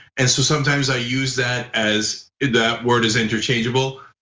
and so sometimes i use that as the word is interchangeable.